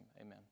amen